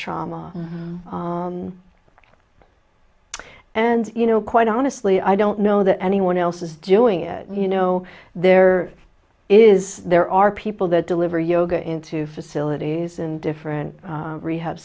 trauma and you know quite honestly i don't know that anyone else is doing it you know there is there are people that deliver yoga into facilities and different rehab